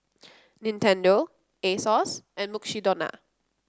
Nintendo Asos and Mukshidonna